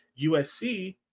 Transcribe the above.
usc